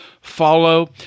Follow